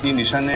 nisha.